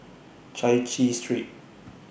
Chai Chee Street